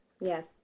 Yes